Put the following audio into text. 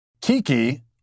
Kiki